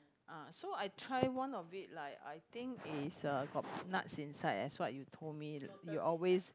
ah so I try one of it like I think is uh got nuts inside as what you told me you always